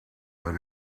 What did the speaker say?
let